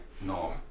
no